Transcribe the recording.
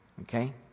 Okay